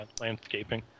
landscaping